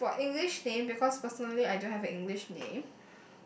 uh for English name because personally I don't have a English name